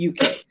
UK